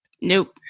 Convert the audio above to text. Nope